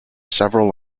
several